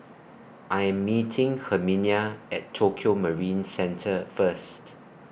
I Am meeting Herminia At Tokio Marine Centre First